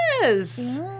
Yes